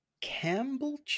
Campbell